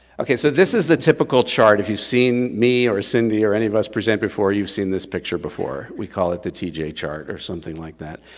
okay, so this is the typical chart, if you've seen me or cindy or any of us present before, you've seen this picture before. we call it the tj chart or something like that.